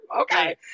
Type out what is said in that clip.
okay